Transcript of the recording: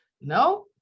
No